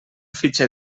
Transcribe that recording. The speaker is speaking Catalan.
fitxer